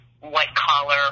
white-collar